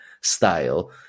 style